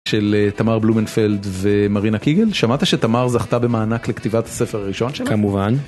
של תמר בלומנפלד ומרינה קיגל, שמעת שתמר זכתה במענק לכתיבת הספר הראשון שלה? כמובן.